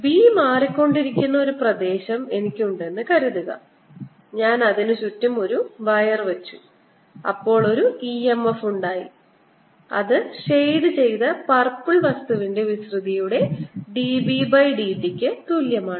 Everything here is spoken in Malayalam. B മാറിക്കൊണ്ടിരിക്കുന്ന ഒരു പ്രദേശം എനിക്ക് ഉണ്ടെന്ന് കരുതുക ഞാൻ അതിന് ചുറ്റും ഒരു വയർ വെച്ചു അപ്പോൾ ഒരു EMF ഉണ്ടായി അത് ഷേഡ് ചെയ്ത പർപ്പിൾ വസ്തുവിന്റെ വിസ്തൃതിയുടെ dBd t ക്ക് തുല്യമാണ്